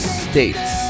states